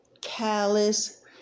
callous